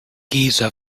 giza